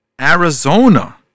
Arizona